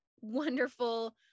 wonderful